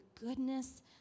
goodness